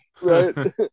right